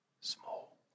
small